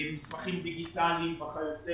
מסמכים דיגיטליים וכיוצא